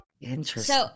Interesting